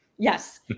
Yes